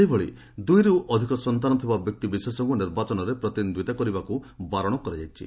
ସେହିଭଳି ଦୁଇରୁ ଅଧିକ ସନ୍ତାନ ଥିବା ବ୍ୟକ୍ତିବିଶେଷଙ୍କୁ ନିର୍ବାଚନରେ ପ୍ରତିଦ୍ୱନ୍ଦିତା କରିବାକୁ ବାରଣ କରାଯାଇଛି